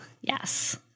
yes